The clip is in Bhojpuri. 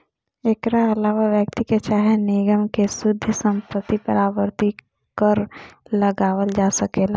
एकरा आलावा व्यक्ति के चाहे निगम के शुद्ध संपत्ति पर आवर्ती कर लगावल जा सकेला